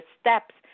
steps